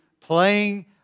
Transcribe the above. playing